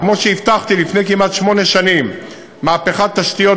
כמו שהבטחתי לפני כמעט שמונה שנים מהפכת תשתיות,